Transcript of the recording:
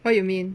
what you mean